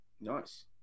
Nice